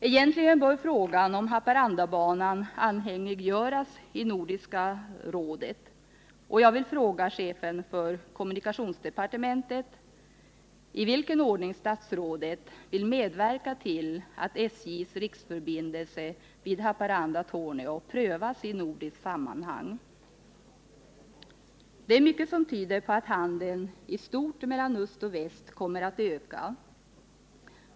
Egentligen bör frågan om Haparandabanan anhängiggöras i Nordiska rådet, och jag vill fråga chefen för kommunikationsdepartementet i vilken ordning statsrådet vill medverka till att SJ:s riksförbindelse Haparanda-Torneå prövas i nordiskt sammanhang. Det är mycket som tyder på att handeln i stort mellan öst och väst kommer att öka.